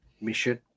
mission